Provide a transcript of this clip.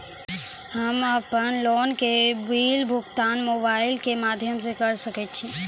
हम्मे अपन लोन के बिल भुगतान मोबाइल के माध्यम से करऽ सके छी?